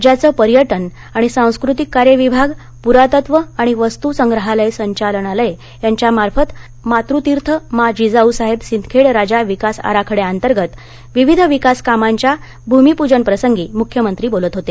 राज्याचं पर्यटन आणि सांस्कृतिक कार्य विभाग पुरातत्व आणि वस्तूसंग्रहालय संचालनालय यांच्यामार्फत मातृतिर्थ माँ जिजाऊ साहेब सिंदखेड राजा विकास आराखड़यातंगत विविध विकासकामांच्या भूमिपूजन प्रसंगी मूख्यहमंत्री बोलत होते